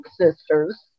Sisters